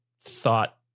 thought